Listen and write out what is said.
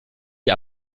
sie